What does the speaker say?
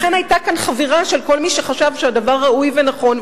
לכן היתה כאן חבירה של כל מי שחשב שהדבר ראוי ונכון,